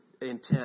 intent